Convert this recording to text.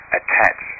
attach